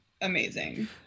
amazing